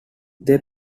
they